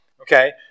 Okay